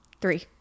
Three